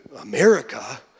America